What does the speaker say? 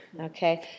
Okay